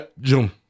June